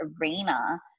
arena